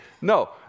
no